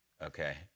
okay